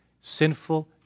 sinful